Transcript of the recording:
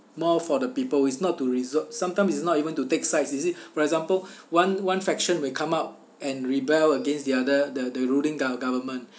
more for the people it's not to reso~ sometimes it's not even to take sides you see for example one one faction may come up and rebel against the other the the ruling gov~ government